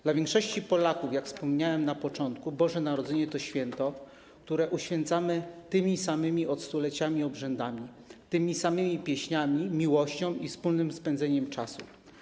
Dla większości Polaków, jak wspomniałem na początku, Boże Narodzenie to święto, które uświęcamy tymi samymi od stuleci obrzędami, tymi samymi pieśniami, miłością i wspólnym spędzeniem czasu.